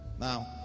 Now